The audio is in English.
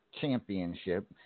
Championship –